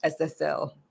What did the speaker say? SSL